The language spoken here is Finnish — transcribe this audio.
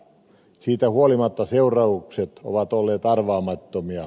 siitä huolimatta seuraukset ovat olleet arvaamattomia